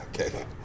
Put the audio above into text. Okay